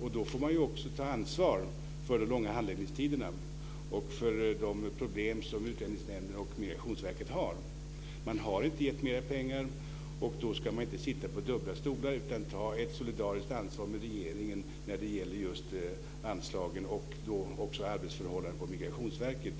och då får man också ta ansvar för de långa handläggningstiderna och de problem som Utlänningsnämnden och Migrationsverket har. Man har inte gett mera pengar, och då ska man inte sitta på dubbla stolar utan ta ett solidariskt ansvar med regeringen när det gäller anslagen och arbetsförhållandena på Migrationsverket.